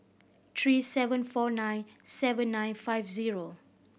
three seven four nine seven nine five zero